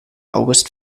august